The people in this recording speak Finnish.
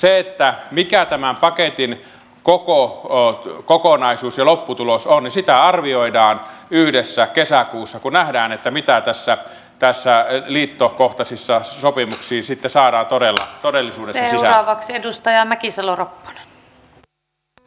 sitä mikä tämän paketin koko kokonaisuus ja lopputulos on arvioidaan yhdessä kesäkuussa kun nähdään mitä tässä tässä ei liittokohtaisissa sopivaksi sitä saada näihin liittokohtaisiin sopimuksiin sitten saadaan todellisuudessa sisään